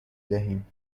دهیم